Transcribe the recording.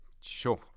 Sure